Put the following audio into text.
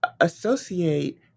associate